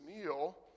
meal